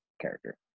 character